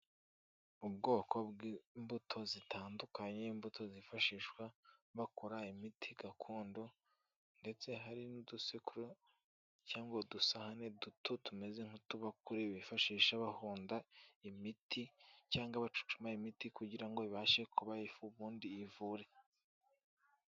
Ubwoko bw'imbuto zitandukanye, imbuto zifashishwa bakora imiti gakondo ndetse hari n'udusekuru cyangwa udusahane duto tumeze nk'utubakure bifashisha bahonda imiti cyangwa bacucuma imiti kugira ngo ibashe kuba ifu ubundi ivure.